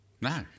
No